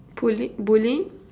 bully bully